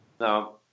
No